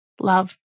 Love